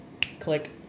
click